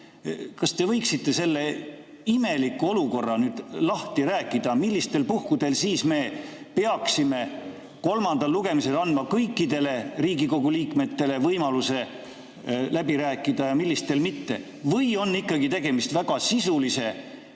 Kas te võiksite selle imeliku olukorra lahti rääkida? Millistel puhkudel siis me peaksime kolmandal lugemisel andma kõikidele Riigikogu liikmetele võimaluse läbi rääkida ja millistel mitte? Või on ikkagi tegemist väga sisulise